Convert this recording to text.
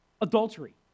Adultery